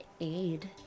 aid